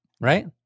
Right